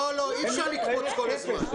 אי אפשר לקפוץ כל הזמן.